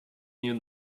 new